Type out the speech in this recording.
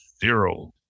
Zero